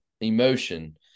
emotion